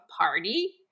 party